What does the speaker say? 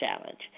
challenge